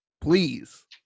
Please